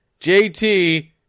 JT